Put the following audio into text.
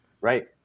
Right